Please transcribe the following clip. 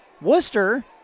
Worcester